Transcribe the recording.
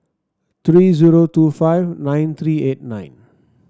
three zero two five nine three eight nine